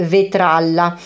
Vetralla